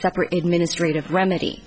separately administrative remedy